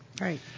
Right